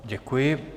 Děkuji.